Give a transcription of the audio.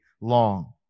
long